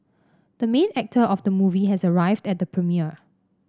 the main actor of the movie has arrived at the premiere